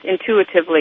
intuitively